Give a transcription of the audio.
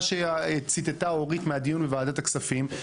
מה שציטטה אורית מהדיון בוועדת הכספים,